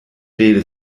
rede